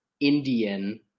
Indian